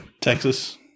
Texas